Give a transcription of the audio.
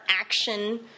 action